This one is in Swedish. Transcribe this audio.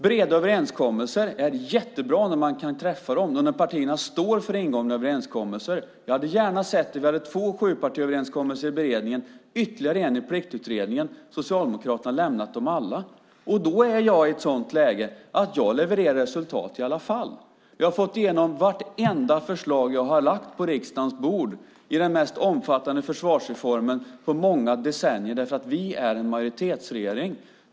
Breda överenskommelser är jättebra när man kan träffa dem och när partierna står för ingångna överenskommelser. Jag hade gärna sett det. Vi hade två sjupartiöverenskommelser i beredningen och ytterligare en i Pliktutredningen. Socialdemokraterna har lämnat dem alla. Då är jag i ett sådant läge att jag levererar resultat i alla fall. Jag har fått igenom vartenda förslag jag har lagt på riksdagens bord i den mest omfattande försvarsreformen på många decennier därför att vi är en majoritetsregering.